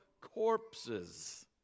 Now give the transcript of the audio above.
corpses